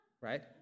Right